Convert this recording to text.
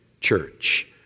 church